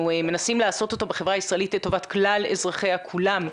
מנסים לעשות אותו בחברה הישראלית לטובת כלל אזרחיה כולם,